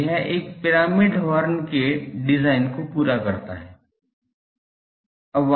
तो यह एक पिरामिड हॉर्न के डिजाइन को पूरा करता है